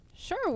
Sure